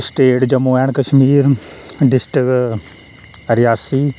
state Jammu and Kashmir district Reasi